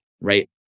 right